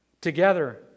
Together